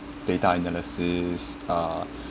data analysis uh